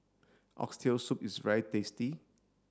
oxtail soup is very tasty